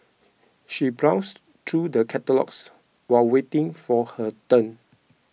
she browsed through the catalogues while waiting for her turn